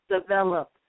develop